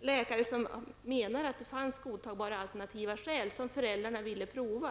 läkare som menar att det fanns godtagbara alternativ som föräldrarna ville pröva.